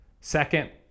second